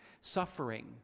suffering